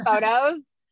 photos